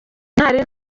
ntari